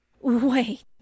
Wait